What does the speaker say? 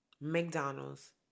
McDonald's